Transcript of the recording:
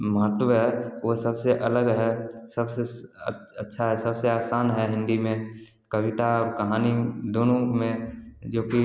महत्त्व है वह सबसे अलग है सबसे अच्छा है सबसे आसान है हिंदी में कविता और कहानी दोनों में जो कि